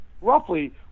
roughly